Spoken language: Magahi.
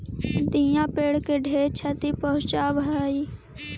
दियाँ पेड़ के ढेर छति पहुंचाब हई